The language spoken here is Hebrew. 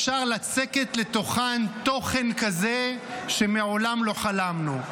אפשר לצקת לתוכן תוכן כזה שמעולם לא חלמנו.